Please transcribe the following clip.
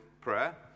prayer